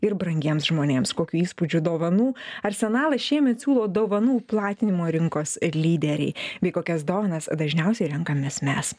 ir brangiems žmonėms kokių įspūdžių dovanų arsenalą šiemet siūlo dovanų platinimo rinkos lyderiai bei kokias dovanas dažniausiai renkamės mes